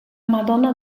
madonna